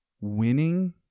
winning